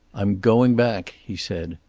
i'm going back, he said.